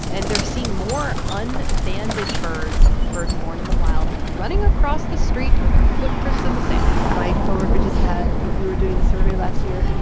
and they're seeing more un-banded birds, birds born in the wild, running across the street or their footprints in the sand my co-worker just had we we were doing this survey last year,